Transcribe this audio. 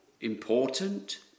important